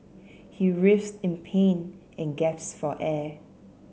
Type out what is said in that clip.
he writhed in pain and gasped for air